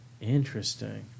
Interesting